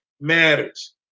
matters